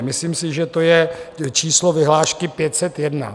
Myslím si, že to je číslo vyhlášky 501.